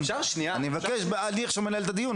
אני מבקש --- אפשר שנייה --- אני עכשיו מנהל את הדיון,